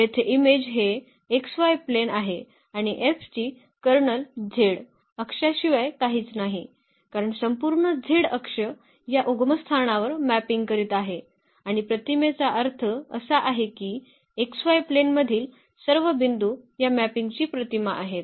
तर येथे इमेज हे xy प्लेन आहे आणि F ची कर्नल z अक्षाशिवाय काहीच नाही कारण संपूर्ण z अक्ष या उगमस्थानावर मॅपिंग करीत आहे आणि प्रतिमेचा अर्थ असा आहे की xy प्लेनमधील सर्व बिंदू या मॅपिंगची प्रतिमा आहेत